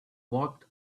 walked